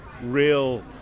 real